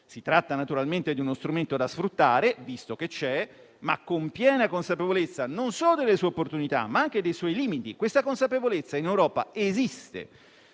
Si tratta naturalmente di uno strumento da sfruttare, visto che c'è, ma con piena consapevolezza non solo delle sue opportunità, ma anche dei suoi limiti; questa consapevolezza in Europa esiste.